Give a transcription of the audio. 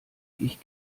ich